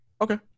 Okay